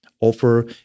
offer